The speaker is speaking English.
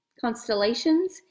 constellations